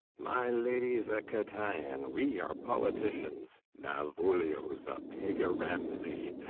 my lady's a cataian, we are politicians, malvolio's a peg-a-ramsey,